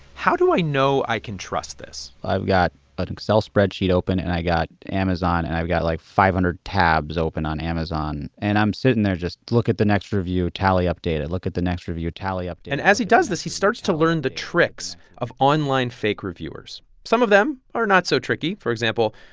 how do i know i can trust this? i've got an excel spreadsheet open, and i got amazon, and i've got, like, five hundred tabs open on amazon. and i'm sitting there, just look at the next review, tally, update it. look at the next review, tally, update it and as he does this, he starts to learn the tricks of online fake reviewers. some of them are not so tricky. for example,